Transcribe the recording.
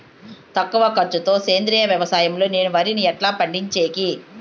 తక్కువ ఖర్చు తో సేంద్రియ వ్యవసాయం లో నేను వరిని ఎట్లా పండించేకి?